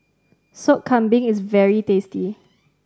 Sop Kambing is very tasty